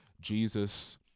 Jesus